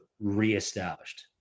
re-established